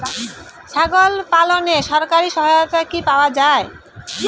ছাগল পালনে সরকারি সহায়তা কি পাওয়া যায়?